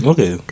Okay